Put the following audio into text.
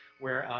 where